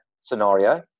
scenario